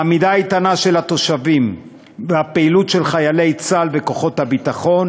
העמידה האיתנה של התושבים והפעילות של חיילי צה"ל וכוחות הביטחון